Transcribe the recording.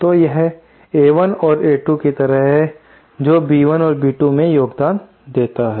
तो यह A1 और A2 की तरह है जो B1 और B2 मैं योगदान देता है